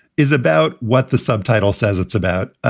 is about what the subtitle says it's about.